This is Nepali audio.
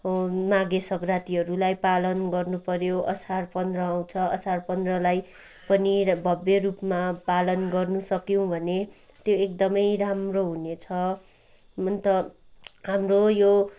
माघे सङ्क्रान्तिहरूलाई पालन गर्नुपऱ्यो असार पन्ध्र आउँछ असार पन्ध्रलाई पनि भव्यरूपमा पालन गर्न सक्यौँ भने त्यो एकदमै राम्रो हुनेछ अन्त हाम्रो यो